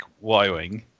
y-wing